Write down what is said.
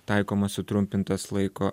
taikomas sutrumpintas laiko